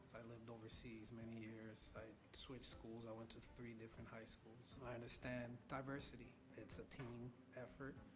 i lived overseas many years, i switched schools, i went to three different high schools, so i understand diversity, it's a team effort,